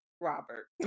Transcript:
Robert